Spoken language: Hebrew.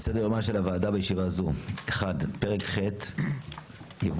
על סדר-יומה של הוועדה בישיבה הזו: 1. פרק ח' (ייבוא